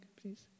please